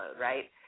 right